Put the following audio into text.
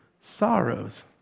sorrows